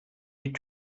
die